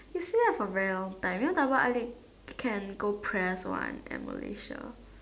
you see that for very long time you know double eyelid can go press one at Malaysia